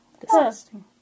Disgusting